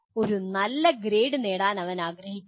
ഒരു നല്ല ഗ്രേഡ് നേടാൻ അവൻ ആഗ്രഹിക്കുന്നു